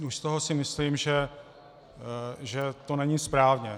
Už z toho si myslím, že to není správně.